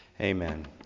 amen